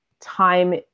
time